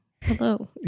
Hello